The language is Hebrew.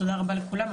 תודה רבה לכולם,